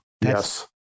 yes